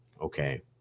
okay